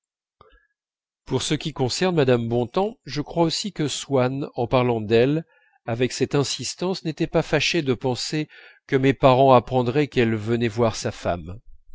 pour ce qui concerne mme bontemps je crois aussi que swann en parlant d'elle avec cette insistance n'était pas fâché de penser que mes parents apprendraient qu'elle venait voir sa femme